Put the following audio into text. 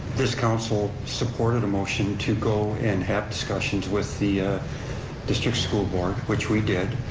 this council supported a motion to go and have discussions with the ah district school board, which we did,